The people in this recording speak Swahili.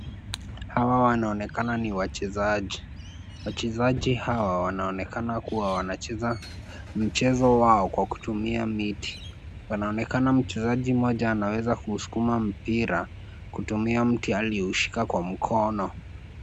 Hawa wanaonekana ni wachezaji. Wachezaji hawa wanaonekana kuwa wanacheza mchezo wao kwa kutumia miti. Wanaonekana mchezaji mmoja anaweza kusukuma mpira kutumia mti alioushika kwa mkono.